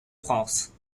france